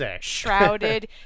shrouded